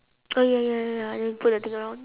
ya ya ya ya then you put the thing around